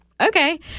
okay